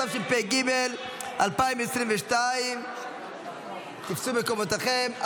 התשפ"ג 2022. תפסו את מקומותיכם.